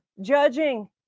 judging